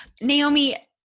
Naomi